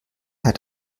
hat